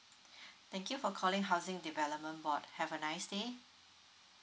thank you for calling housing development board have a nice day